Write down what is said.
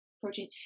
protein